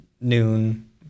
noon